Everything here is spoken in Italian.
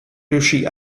riuscì